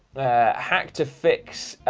hack to fix